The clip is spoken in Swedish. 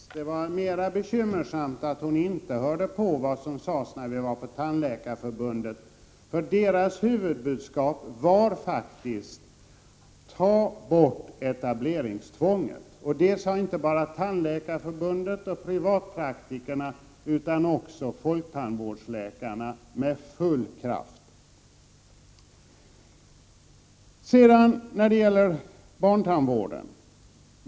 Fru talman! Det är ju roligt att höra att Christina Pettersson ibland hör på vad som sägs. Det var mera bekymmersamt att hon inte hörde på vad som sades när vi var på Tandläkarförbundet, för huvudbudskapet där var faktiskt: Tag bort etableringstvånget! Det sade inte bara Tandläkarförbundet och privatpraktikerna, utan också folktandvårdsläkarna med full kraft. Sedan till barntandvården.